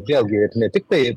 vėlgi ne tiktai